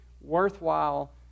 worthwhile